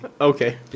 Okay